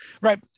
Right